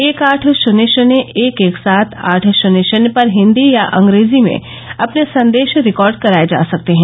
एक आठ शुन्य शुन्य एक एक सात आठ शुन्य शुन्य पर हिंदी या अंग्रेजी में अपने संदेश रिकार्ड कराए जा सकते हैं